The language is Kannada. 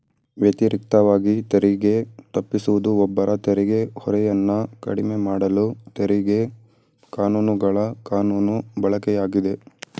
ವ್ಯತಿರಿಕ್ತವಾಗಿ ತೆರಿಗೆ ತಪ್ಪಿಸುವುದು ಒಬ್ಬರ ತೆರಿಗೆ ಹೊರೆಯನ್ನ ಕಡಿಮೆಮಾಡಲು ತೆರಿಗೆ ಕಾನೂನುಗಳ ಕಾನೂನು ಬಳಕೆಯಾಗಿದೆ